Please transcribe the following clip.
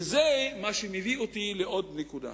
וזה מביא אותי לעוד נקודה: